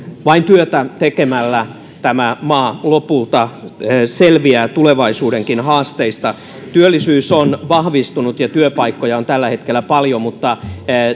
vain työtä tekemällä tämä maa lopulta selviää tulevaisuudenkin haasteista työllisyys on vahvistunut ja työpaikkoja on tällä hetkellä paljon mutta